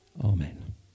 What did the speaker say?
amen